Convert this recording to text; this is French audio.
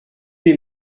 les